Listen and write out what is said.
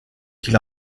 qu’il